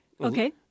Okay